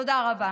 תודה רבה.